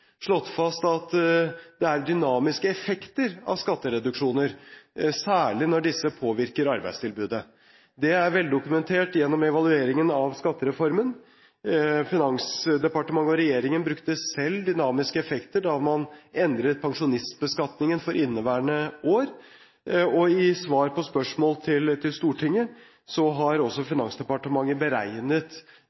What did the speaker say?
slått fast at det er dynamiske effekter av skattereduksjoner, særlig når disse påvirker arbeidstilbudet. Det er veldokumentert gjennom evalueringen av skattereformen. Finansdepartementet og regjeringen brukte selv dynamiske effekter da man endret pensjonistbeskatningen for inneværende år, og i svar på spørsmål til Stortinget har også Finansdepartementet beregnet